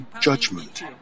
judgment